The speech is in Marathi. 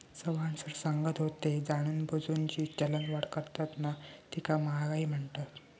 चव्हाण सर सांगत होते, जाणूनबुजून जी चलनवाढ करतत ना तीका महागाई म्हणतत